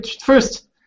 first